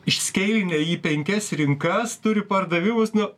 išskeilinę jį į penkias rinkas turi pardavimus nu